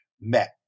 met